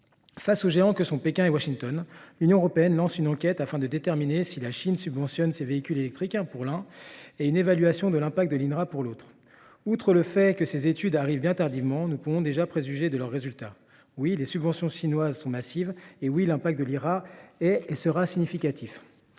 Face aux géants que sont Pékin et Washington, l’Union européenne lance une enquête afin de déterminer si la Chine subventionne ses véhicules électriques, d’un côté, et tente, de l’autre, d’évaluer l’impact de l’ (IRA). Outre le fait que ces études arrivent bien tardivement, nous pouvons déjà préjuger de leurs résultats : oui, les subventions chinoises sont massives ; oui l’impact de l’IRA est significatif